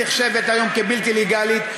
נחשבת היום בלתי לגלית,